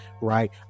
right